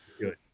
good